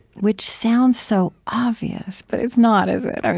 which sounds so obvious, but it's not, is it.